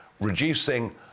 reducing